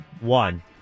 one